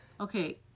okay